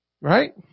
Right